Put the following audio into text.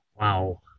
Wow